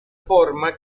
forma